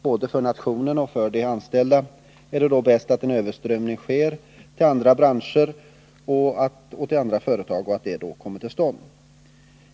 Både för nationen och för de anställda är det då bäst att en överströmning av de anställda till andra branscher och företag kommer till stånd.